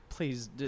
Please